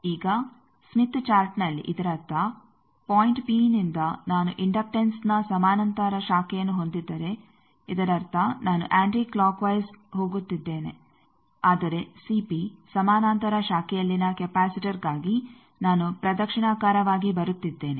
ಈಗ ಸ್ಮಿತ್ ಚಾರ್ಟ್ನಲ್ಲಿ ಇದರರ್ಥ ಪಾಯಿಂಟ್ ಪಿ ನಿಂದ ನಾನು ಇಂಡಕ್ಟನ್ಸ್ನ ಸಮಾನಾಂತರ ಶಾಖೆಯನ್ನು ಹೊಂದಿದ್ದರೆ ಇದರರ್ಥ ನಾನು ಆಂಟಿ ಕ್ಲೋಕ್ಕ್ ವೈಸ್ಹೋಗುತ್ತಿದ್ದೇನೆ ಆದರೆ ಸಮಾನಾಂತರ ಶಾಖೆಯಲ್ಲಿನ ಕೆಪಾಸಿಟರ್ಗಾಗಿ ನಾನು ಪ್ರದಕ್ಷಿಣಾಕಾರವಾಗಿ ಬರುತ್ತಿದ್ದೇನೆ